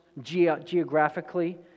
geographically